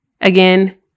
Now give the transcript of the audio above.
again